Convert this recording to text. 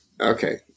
okay